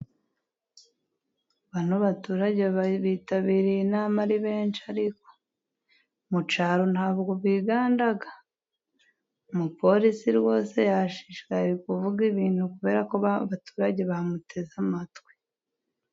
Bano baturage bitabiriye inama ari benshi ariko! Mu cyaro nta bwo biganda. Umupolisi rwose yashishikaye ari kuvuga ibintu kubera ko abaturage bamuteze amatwi.